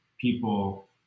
people